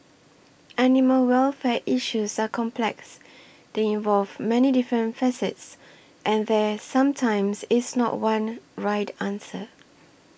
animal welfare issues are complex they involve many different facets and there sometimes is not one right answer